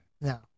No